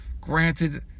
Granted